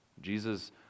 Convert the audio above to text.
jesus